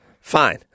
fine